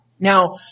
Now